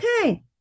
okay